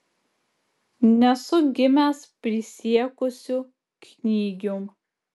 nesu gimęs prisiekusiu knygium